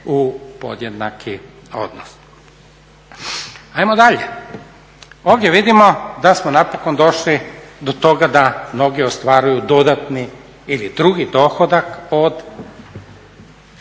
u podjednaki odnos. Hajmo dalje. Ovdje vidimo da smo napokon došli do toga da mnogi ostvaruju dodatni ili drugi dohodak od